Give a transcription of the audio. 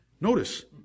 Notice